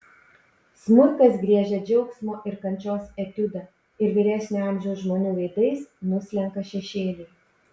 smuikas griežia džiaugsmo ir kančios etiudą ir vyresnio amžiaus žmonių veidais nuslenka šešėliai